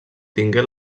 tingué